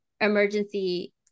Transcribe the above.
emergency